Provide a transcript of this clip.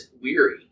Weary